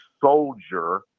soldier